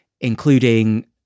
including